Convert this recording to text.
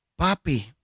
Papi